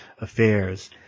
affairs